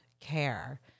care